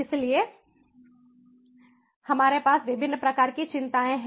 इसलिए हमारे पास विभिन्न प्रकार की चिंताएं हैं